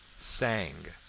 sang,